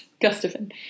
Gustafin